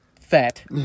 Fat